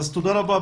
תודה רבה.